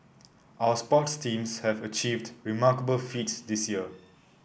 our sports teams have achieved remarkable feats this year